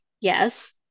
yes